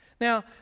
Now